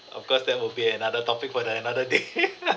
of course that will be another topic for that another day